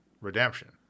redemption